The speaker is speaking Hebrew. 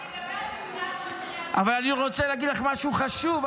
אני מדברת עם --- אבל אני רוצה להגיד לך משהו חשוב.